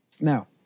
Now